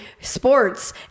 sports